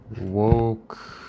woke